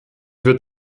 wird